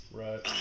right